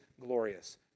glorious